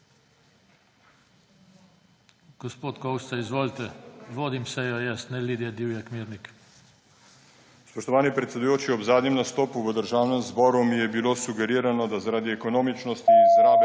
Gospod Kovšca, izvolite. Vodim sejo jaz, ne Lidija Divjak Mirnik. Nadaljevanje ALOJZ KOVŠCA: Spoštovani predsedujoči, ob zadnjem nastopu v Državnem zboru mi je bilo sugerirano, da zaradi ekonomičnosti izrabe